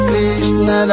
Krishna